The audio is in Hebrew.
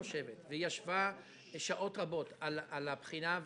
והיא ישבה שעות רבות על הבחינה,